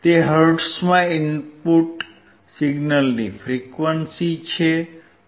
તે હર્ટ્ઝમાં ઇનપુટ સિગ્નલની ફ્રીક્વન્સી છે